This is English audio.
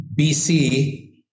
BC